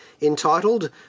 entitled